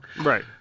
Right